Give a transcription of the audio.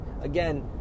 Again